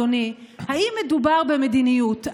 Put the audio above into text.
אדוני: האם מדובר במדיניות?